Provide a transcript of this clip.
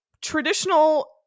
traditional